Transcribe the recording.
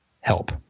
help